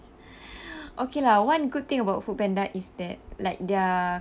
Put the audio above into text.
okay lah one good thing about Foodpanda is that like their